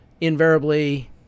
invariably